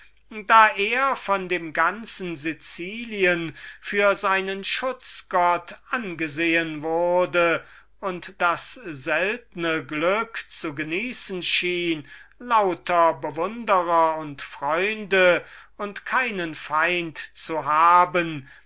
da er von dem ganzen sicilien für seinen schutzgott angesehen wurde und das seltne wo nicht ganz unerhörte glück zu genießen schien in einem so blendenden glücksstande lauter bewundrer und freunde und keinen feind zu haben